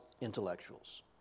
intellectuals